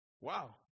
Wow